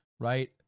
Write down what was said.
Right